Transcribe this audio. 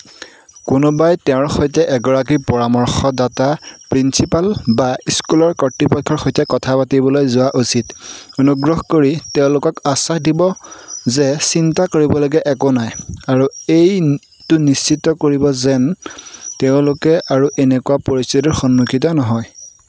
কোনোবাই তেওঁৰ সৈতে এগৰাকী পৰামৰ্শদাতা প্ৰিঞ্চিপাল বা স্কুলৰ কৰ্তৃপক্ষৰ সৈতে কথা পাতিবলৈ যোৱা উচিত অনুগ্ৰহ কৰি তেওঁলোকক আশ্বাস দিব যে চিন্তা কৰিবলগীয়া একো নাই আৰু এইটো নিশ্চিত কৰিব যেন তেওঁলোকে আৰু এনেকুৱা পৰিস্থিতিৰ সন্মুখীত নহয়